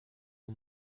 nur